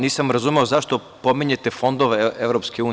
Nisam razumeo zašto pominjete fondove EU.